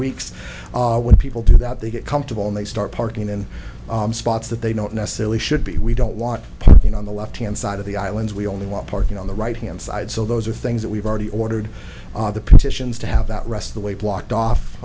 weeks when people do that they get comfortable and they start parking in spots that they don't necessarily should be we don't want parking on the left hand side of the islands we only want parking on the right hand side so those are things that we've already ordered the petitions to have that rest the way blocked off